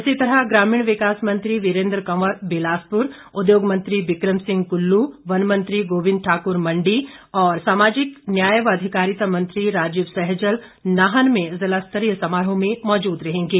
इसी तरह ग्रामीण विकास मंत्री वीरेन्द्र कंवर बिलासपुर उद्योग मंत्री विकम सिंह कुल्लू वन मंत्री गोबिंद ठाकुर मण्डी और सामाजिक न्याय व अधिकारिता मंत्री राजीव सैजल नाहन में जिला स्तरीय समारोह में मौजूद रहेंगे